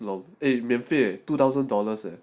!wah! eh 免费 two thousand dollars leh